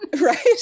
Right